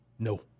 No